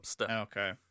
Okay